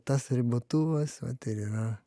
tas ribotuvas va tai ir yra